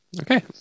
Okay